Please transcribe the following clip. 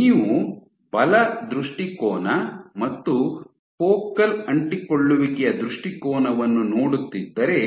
ನೀವು ಬಲ ದೃಷ್ಟಿಕೋನ ಮತ್ತು ಫೋಕಲ್ ಅಂಟಿಕೊಳ್ಳುವಿಕೆಯ ದೃಷ್ಟಿಕೋನವನ್ನು ನೋಡುತ್ತಿದ್ದರೆ